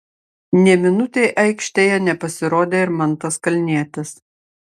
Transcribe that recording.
nė minutei aikštėje nepasirodė ir mantas kalnietis